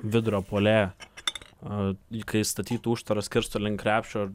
vidurio puolėją a jį kai statytų užtvaras skirsto link krepšio ar